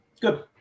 Good